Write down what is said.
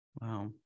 Wow